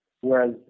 Whereas